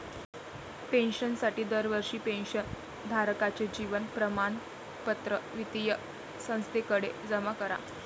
पेन्शनसाठी दरवर्षी पेन्शन धारकाचे जीवन प्रमाणपत्र वित्तीय संस्थेकडे जमा करा